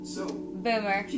Boomer